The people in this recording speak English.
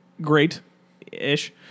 great-ish